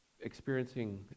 experiencing